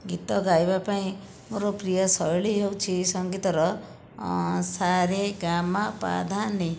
ଗୀତ ଗାଇବା ପାଇଁ ମୋର ପ୍ରିୟ ଶୈଳୀ ହେଉଛି ସଙ୍ଗୀତର ସାରେଗାମାପାଧାନି